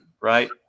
Right